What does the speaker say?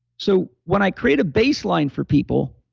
so when i create a baseline for people,